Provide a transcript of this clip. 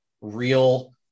real